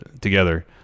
together